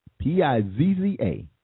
P-I-Z-Z-A